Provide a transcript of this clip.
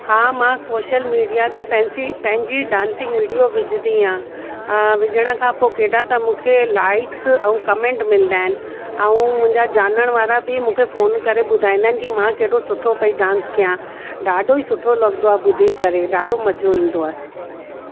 हा मां social media ते पैंसी पंहिंजी डांसिंग वीडियो विझंदी आहियां विझण खां पोइ केॾा त मूंखे लाईक्स ऐं कमेंट मिलंदा आहिनि ऐं मुंहिंजा ॼाणण वारा बि मूंखे फ़ोन करे ॿुधाईंदा आहिनि कि मां केॾो सुठो पेई डांस कया ॾाढो ई सुठो लॻंदो आहे ॿुधी करे ॾाढो मज़ो ईंदो आहे